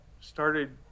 started